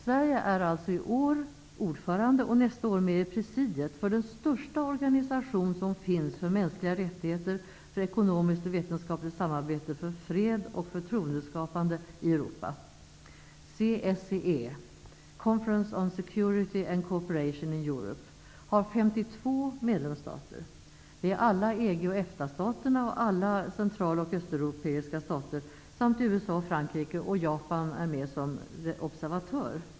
Sverige är alltså i år ordförande och nästa år med i presidiet för den största organisation som finns för mänskliga rättigheter, för ekonomiskt och vetenskapligt samarbete för fred och förtroendeskapande i Japan som observatör.